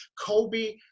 Kobe